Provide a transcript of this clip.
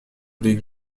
les